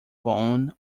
bone